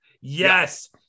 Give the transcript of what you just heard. yes